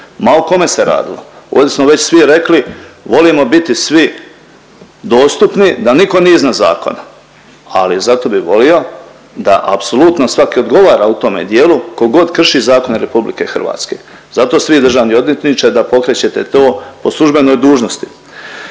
ma o kome se radilo. Ovdje smo već svi rekli volimo biti svi dostupni da niko nije iznad zakona, ali zato bi volio da apsolutno svaki odgovora u tome dijelu ko god krši zakone RH. Zato ste vi državni odvjetniče da pokrećete to po službenoj dužnosti.